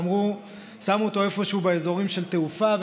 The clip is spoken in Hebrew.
שמו אותו איפשהו באזורים של תעופה,